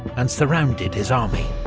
and surrounded his army.